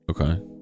Okay